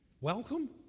Welcome